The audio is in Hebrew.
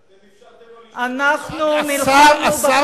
אתם אפשרתם לו להשתתף בבחירות, השר ארדן.